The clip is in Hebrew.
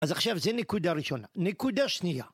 אז עכשיו זה נקודה ראשונה. נקודה שנייה...